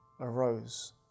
arose